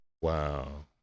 Wow